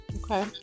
Okay